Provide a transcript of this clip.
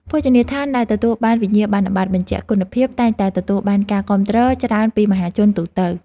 ភោជនីយដ្ឋានដែលទទួលបានវិញ្ញាបនបត្របញ្ជាក់គុណភាពតែងតែទទួលបានការគាំទ្រច្រើនពីមហាជនទូទៅ។